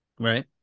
Right